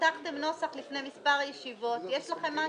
הבטחתם נוסח לפני מספר ישיבות, יש לכם משהו?